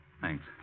Thanks